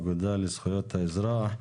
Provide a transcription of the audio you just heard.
האגודה לזכויות האזרח.